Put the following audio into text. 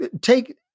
take